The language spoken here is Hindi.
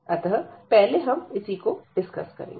अतः पहले हम इसी को डिस्कस करेंगे